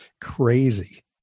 crazy